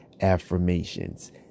affirmations